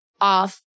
off